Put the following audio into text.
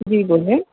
جی بولیں